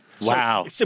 Wow